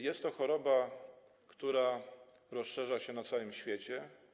Jest to choroba, która rozprzestrzenia się na całym świecie.